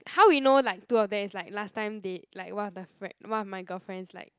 how we know like two of them is like last time they like one of the frie~ one of my girlfriends like